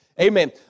Amen